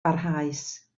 barhaus